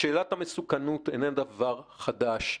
שאלת המסוכנות איננה דבר חדש,